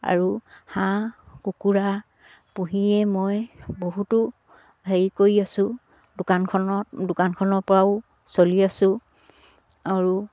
আৰু হাঁহ কুকুৰা পুহিয়ে মই বহুতো হেৰি কৰি আছোঁ দোকানখনত দোকানখনৰ পৰাও চলি আছোঁ আৰু